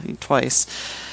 twice